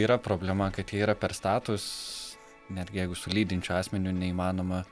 yra problema kad jie yra per status netgi jeigu su lydinčiu asmeniu neįmanoma